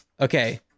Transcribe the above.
okay